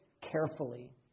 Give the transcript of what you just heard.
carefully